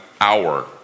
hour